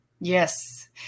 Yes